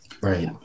Right